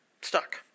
stuck